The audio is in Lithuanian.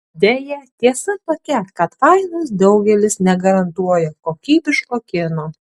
deja tiesa tokia kad fainas draugelis negarantuoja kokybiško kino